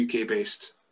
UK-based